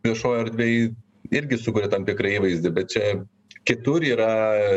viešoj erdvėj irgi sukuria tam tikrą įvaizdį bet čia kitur yra